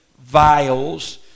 vials